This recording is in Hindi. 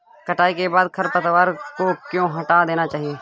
कटाई के बाद खरपतवार को क्यो हटा देना चाहिए?